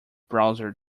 browser